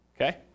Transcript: Okay